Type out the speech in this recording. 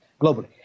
globally